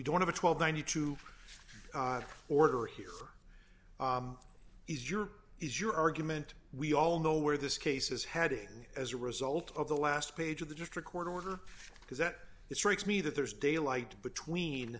don't have a twelve minute to order here is your is your argument we all know where this case is heading as a result of the last page of the district court order because that it strikes me that there's daylight between